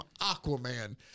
Aquaman